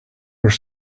were